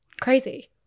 crazy